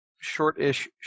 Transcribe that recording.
shortish